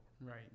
right